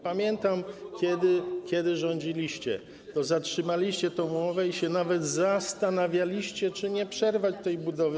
Pamiętam, że kiedy rządziliście, to zatrzymaliście tę umowę i się nawet zastanawialiście, czy nie przerwać budowy.